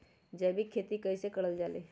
जैविक खेती कई से करल जाले?